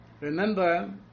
Remember